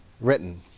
written